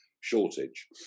shortage